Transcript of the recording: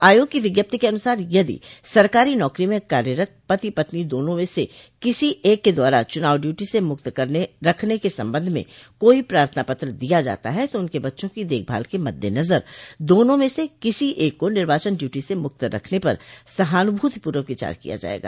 आयोग की विज्ञप्ति के अनुसार यदि सरकारी नौकरी में कार्यरत पति पत्नी दोनों में से किसी एक के द्वारा चुनाव ड्यूटी स मुक्त रखने के संबंध में कोई प्रार्थना पत्र दिया जाता है तो उनके बच्चों की देखभाल के मददेनजर दोनों में से किसी एक को निर्वाचन ड्यूटी से मुक्त रखने पर सहानुभूतिपूर्वक विचार किया जायेगा